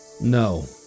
No